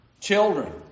children